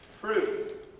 fruit